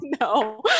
no